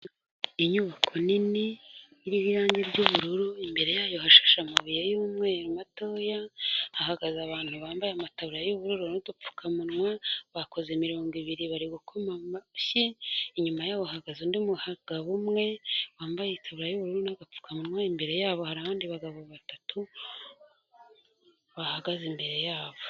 Inyubako nini iriho irangi ry'ubururu imbere yayo hashashe amabuye y'umweru matoya, ahagaze abantu bambaye amatarubura y'ubururu n'udupfukamunwa, bakoze imirongo ibiri bari gukoma amashyi, inyuma yabo hagaze undi mugabo umwe wambaye itaburiya y'ubururu n'agapfukamunwa, imbere yabo hari abandi bagabo batatu, bahagaze imbere yabo.